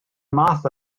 math